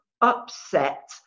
upset